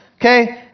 okay